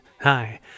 Hi